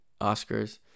Oscars